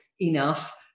enough